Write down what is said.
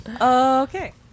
Okay